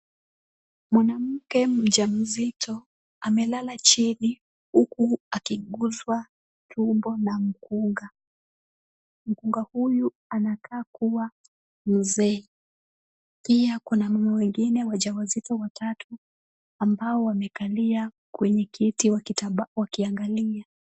Mwanamke mjamzito amelala chini huku akiguzwa tumbo na mkunga. Mkunga huyu anakaa kuwa mzee. Pia kuna mama wengine wajawazito watatu, ambao wamekalia kwenye kiti wakiangalia.